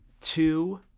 two